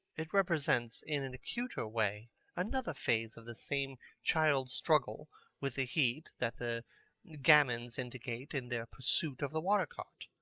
it represents in an acuter way another phase of the same child-struggle with the heat that the gamins indicate in their pursuit of the water-cart.